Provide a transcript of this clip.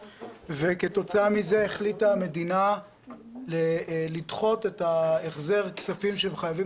וכתוצאה מזה החליטה המדינה לדחות את החזר הכספים שהן חייבות